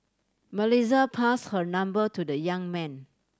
Melissa pass her number to the young man